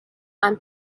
and